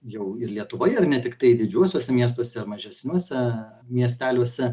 jau ir lietuvoje ir ne tiktai didžiuosiuose miestuose ar mažesniuose miesteliuose